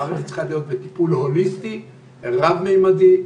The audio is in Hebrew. המערכת צריכה להיות בטיפול הוליסטי רב ממדי,